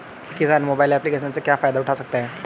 किसान mobile application से क्या फायदा उठा सकता है?